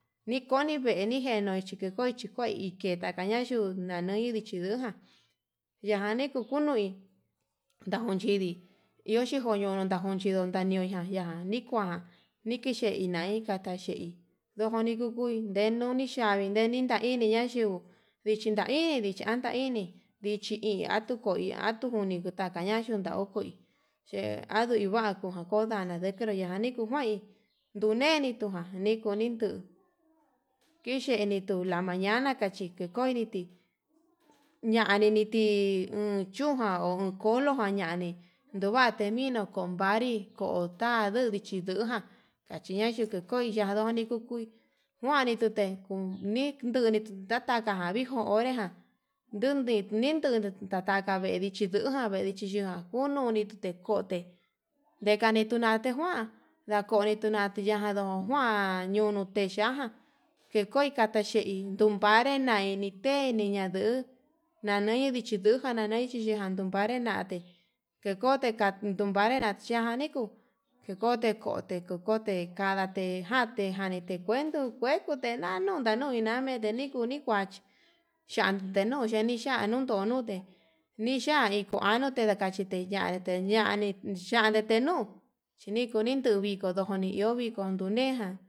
Kikoni veni njenuu chukunguo chikau ikee takaña yuu, nanui ndichi nduján ñaján niku kunui najunchidi iho chijoño ndakuchi ñon ta'a, ñoña'a niko'o kuan nikechi nika itá ndaxhei ndoko nikukui enuni yanii nde ninta ini ñayuu vichi tai, ndichi anta ndichi anda ini ndichi hi atuko iho atukuni nikutata ña'a yunda okuu, yee va'a uhi ningako ndanadero yani kuu noi duneni tuján ikunin nduu kixhenitu la mañana chi kei koniti ñaniniti en chún jan ho kolo jan ñanii nduvate nimo konvari koo ta'a nduu ndichi nduján, kaña nduko koi kayoni kuu kuani ndute kunii nduu nitakajan unii onré ndundi nikunu tataka ve'e xhichi nduujan vendi xhiyuján, unoni tekote ndekane tenjuate njuan bdakonitu yandoo kuan ñunuu teyuaján kekoi kata xhein tekunpare na'a inite niña'a nduu nanei ndichi nduján nanei nijaru vanre nata'a, tekote varejan xhe'e najan nikuu tekote kukote kandate jante kanite kuento kue kute jan nunda nui ñamene nikuni kuachi, chandenuu chani nixhanuu ndo'o nutee niya'á nikuanu tekachite yanite yanii yane tenuu chinikutu vikodo joni iho viko nundeján.